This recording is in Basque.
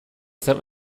zer